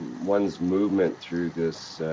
ones movement through this.